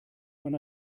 when